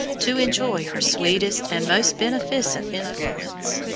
to enjoy her sweetest and most beneficent influence.